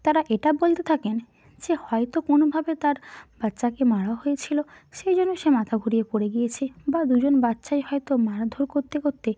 তারা এটা বলতে থাকেন যে হয়তো কোনোভাবে তার বাচ্চাকে মারা হয়েছিল সেই জন্য সে মাথা ঘুরিয়ে পড়ে গিয়েছে বা দুজন বাচ্চায় হয়তো মারধর করতে করতে